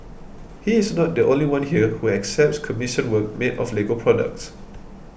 he is not the only one here who accepts commissioned work made of Lego products